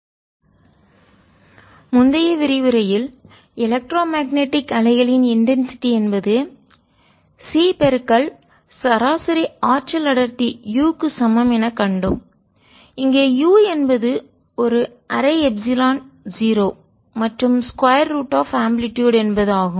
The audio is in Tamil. எலக்ட்ரோ மேக்னெட்டிக் வேவ்ஸ் எடுத்துச்சென்ற எனர்ஜி மொமெண்ட்டம் உதாரணங்கள் முந்தைய விரிவுரையில் எலக்ட்ரோ மேக்னடிக்மின்காந்த அலைகள் அலைகள் இன்டென்சிட்டி சி மடங்கு சராசரி ஆற்றல் அடர்த்தி u க்கு சமமாக கொண்டிருப்பதைக் கண்டோம் u என்பது ஒரு அரை எப்சிலான் 0 மற்றும் ஸ்கொயர் ஆப் ஆம்ப்ளிடுயுட் அலைவீச்சு E02 ஆகும்